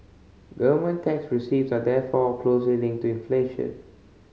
government tax receipts are therefore closely linked to inflation